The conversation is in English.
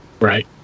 right